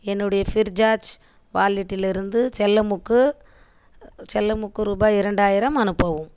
என்னுடைய ஃப்ரீசார்ஜ் வாலட்டிலிருந்து செல்லமுக்கு செல்லமுக்கு ரூபாய் இரண்டாயிரம் அனுப்பவும்